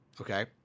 okay